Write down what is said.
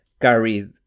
carried